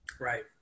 Right